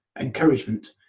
encouragement